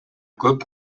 көп